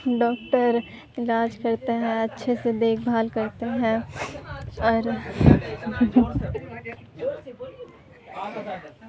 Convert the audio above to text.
doctor علاج کرتے ہیں اچھے سے دیکھ بھال کرتے ہیں اور